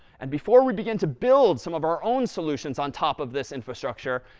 and before we begin to build some of our own solutions on top of this infrastructure,